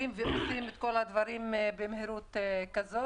ועושים את כל הדברים במהירות כזאת?